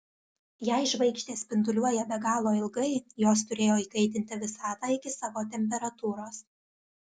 jei žvaigždės spinduliuoja be galo ilgai jos turėjo įkaitinti visatą iki savo temperatūros